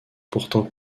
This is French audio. pourtant